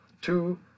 Two